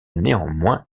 néanmoins